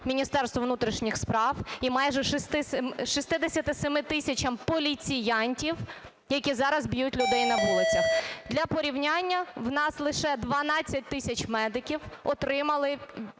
Міністерству внутрішніх справ і майже 67 тисячам поліціянтів, які зараз б'ють людей на вулицях. Для порівняння: у нас лише 12 тисяч медиків отримали